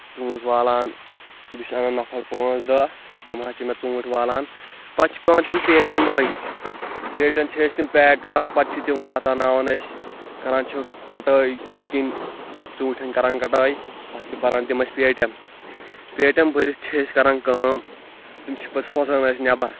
ژوٗنٛٹھۍ والان بیٚیہِ چھُس اَنان نفر پانٛژھ دہ تِم حظ چھِ مےٚ ژوٗنٛٹھۍ والان پَتہٕ چھِ پیوان تِم پیٹٮ۪ن بَرٕنۍ پیٹٮ۪ن چھِ أسۍ تِم پیک کران پَتہٕ چھِ تِم واتناوان أسۍ کران چھِکھ کَٹٲے بٔتھۍ کِنۍ ژوٗنٹھٮ۪ن کران کَٹٲے پَتہٕ چھِ بَران تِم أسۍ پیٹٮ۪ن پیٹٮ۪ن بٔرِتھ چھِ أسۍ کران کٲم تِم چھِ پتہٕ سوزان أسۍ نیبر